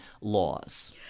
laws